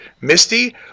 Misty